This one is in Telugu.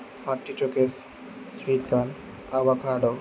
sweet corn avocado